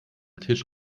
tisch